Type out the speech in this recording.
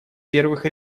первых